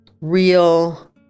real